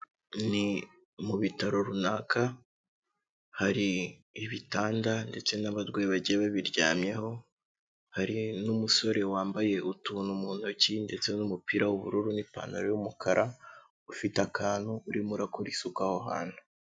Ni mu bitaro runaka hari ibitanda ndetse n'abarwa bagiye ba biryamyeho, hari n'umusore wambaye utuntu mu ntoki ndetse n'umupira w'ubururu n'ipantaro y'umukara, ufite akantu urimo urakora isuka aho hantu.